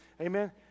Amen